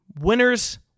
Winners